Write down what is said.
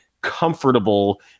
comfortable